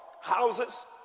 houses